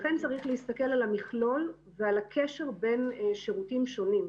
לכן צריך להסתכל על המכלול ועל הקשר בין שירותים שונים.